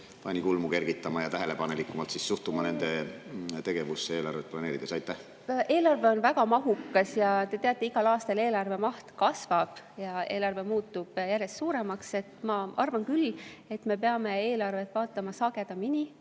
pani kulmu kergitama ja tähelepanelikumalt suhtuma nende tegevusse eelarvet planeerides? Eelarve on väga mahukas ja te teate, et igal aastal eelarve maht kasvab, eelarve muutub järjest suuremaks. Ma arvan küll, et me peame eelarvet vaatama sagedamini,